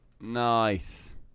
Nice